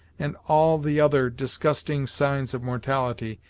and all the other disgusting signs of mortality,